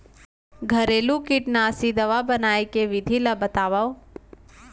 घरेलू कीटनाशी दवा बनाए के विधि ला बतावव?